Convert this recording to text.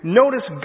notice